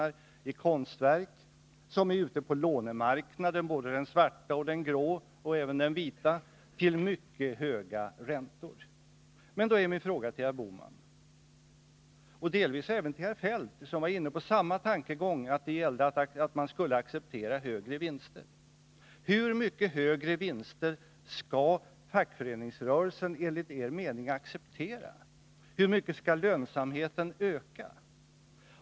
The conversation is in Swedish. Det är kapital som är ute på lånemarknaden — både den svarta och den grå och den vita — till mycket höga räntor. Då är min fråga till herr Bohman och delvis även till herr Feldt, som var inne på samma tankegång, att man skulle acceptera högre vinster: Hur mycket högre vinster skall fackföreningsrörelsen enligt er mening acceptera? Hur mycket skall lönsamheten öka?